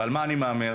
ועל מה אני מהמר?